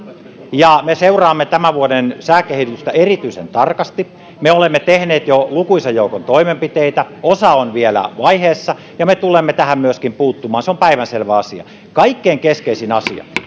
ja me seuraamme tämän vuoden sääkehitystä erityisen tarkasti me olemme tehneet jo lukuisan joukon toimenpiteitä osa on vielä vaiheessa ja me tulemme tähän myöskin puuttumaan se on päivänselvä asia kaikkein keskeisin asia